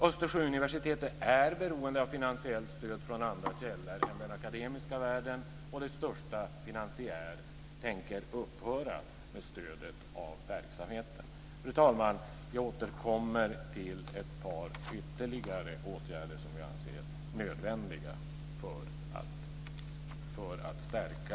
Östersjöuniversitetet är beroende av finansiellt stöd från andra källor än den akademiska världen, och dess största finansiär tänker upphöra med stödet av verksamheten. Fru talman! Jag återkommer till ett par ytterligare åtgärder som jag ser som nödvändiga för att stärka